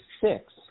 six